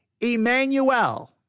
Emmanuel